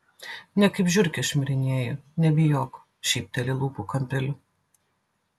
ne kaip žiurkė šmirinėju nebijok šypteli lūpų kampeliu